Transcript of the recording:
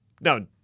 No